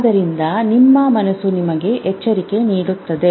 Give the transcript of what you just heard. ಆದ್ದರಿಂದ ನಿಮ್ಮ ಮನಸ್ಸು ನಿಮಗೆ ಎಚ್ಚರಿಕೆ ನೀಡುತ್ತದೆ